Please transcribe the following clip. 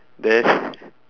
then